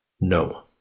no